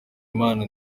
imana